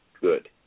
good